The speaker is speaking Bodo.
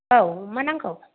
औ मा नांगौ